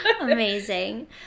amazing